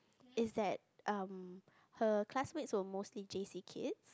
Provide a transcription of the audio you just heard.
is that um her classmates were mostly J_C kids